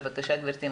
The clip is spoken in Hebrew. בבקשה גברתי,